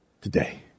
today